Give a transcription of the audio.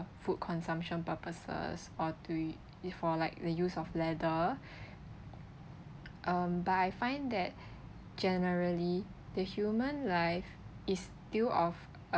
food consumption purposes or to it for like the use of leather um but I find that generally the human life is still of